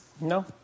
no